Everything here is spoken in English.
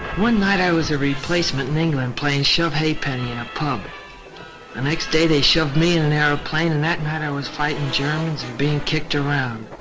one night i was a replacement in england playing shove ha'penny in a pump, the and next day they shoved me in an airplane and that night i was fighting germans and being kicked around.